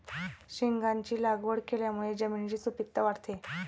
शेंगांची लागवड केल्यामुळे जमिनीची सुपीकता वाढते